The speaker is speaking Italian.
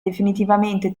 definitivamente